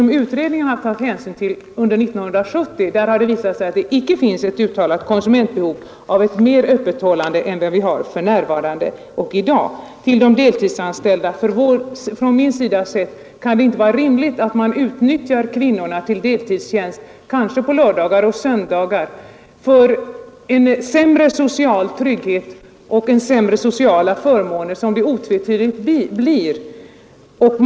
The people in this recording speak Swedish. Vad utredningen har tagit hänsyn till är att det under 1970 har visat sig icke föreligga något uttalat konsumentbehov av öppethållande utöver vad vi för närvarande har. Beträffande de deltidsanställda vill jag för min del säga att det inte kan vara rimligt att man utnyttjar kvinnorna till deltidsarbete kanske på lördagar och söndagar med en sämre social trygghet och mindre sociala förmåner, som det därvid otvetydigt blir fråga om.